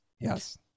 yes